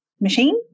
machine